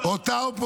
לא את